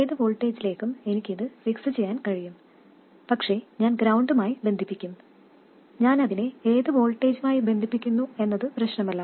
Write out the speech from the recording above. ഏത് വോൾട്ടേജിലേക്കും എനിക്കിത് ഫിക്സ് ചെയ്യാൻ കഴിയും പക്ഷേ ഞാൻ ഗ്രൌണ്ടുമായി ബന്ധിക്കും ഞാൻ അതിനെ ഏത് വോൾട്ടേജുമായി ബന്ധിപ്പിക്കുന്നു എന്നത് പ്രശ്നമല്ല